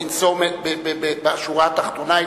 בשורה התחתונה,